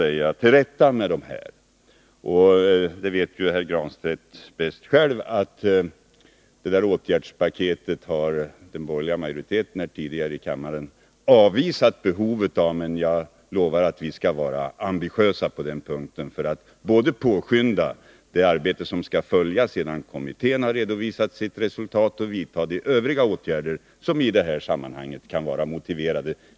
Pär Granstedt vet bäst själv att den borgerliga majoriteten tidigare i kammaren har avvisat behovet av det åtgärdspaketet. Men jag lovar att vi skall vara ambitiösa både för att påskynda det arbete som skall följa sedan kommittén har redovisat sitt resultat och när det gäller att vidta de övriga åtgärder som i det här sammanhanget kan vara motiverade.